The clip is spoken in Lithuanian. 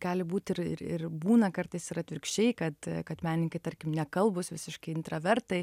gali būt ir ir būna kartais ir atvirkščiai kad kad menininkai tarkim nekalbūs visiškai intravertai